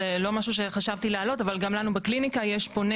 זה לא משהו שחשבתי להעלות אבל גם לנו בקליניקה יש פונה